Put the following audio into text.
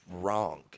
wrong